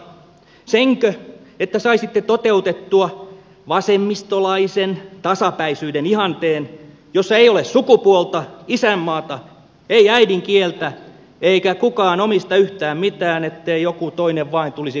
senkö että saisitte toteutettua vasemmistolaisen tasapäisyyden ihanteen jossa ei ole sukupuolta isänmaata ei äidinkieltä eikä kukaan omista yhtään mitään ettei joku toinen vain tulisi kateelliseksi